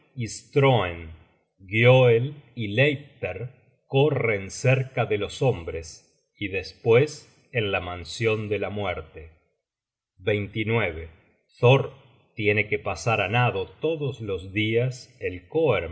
leipter corren cerca de los hombres y despues en la mansion de la muerte content from google book search generated at thor tiene que pasar á nado todos los dias el